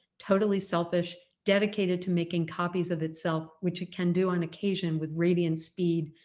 totally selfish, dedicated to making copies of itself, which it can do on occasion with radiant speed.